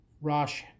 Rosh